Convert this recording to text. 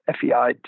FEI